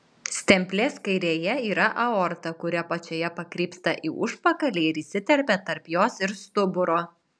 stemplės kairėje yra aorta kuri apačioje pakrypsta į užpakalį ir įsiterpia tarp jos ir stuburo